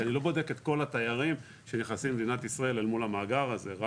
כי אני לא בודק את כל התיירים שנכנסים למדינת ישראל אל מול המאגר הזה.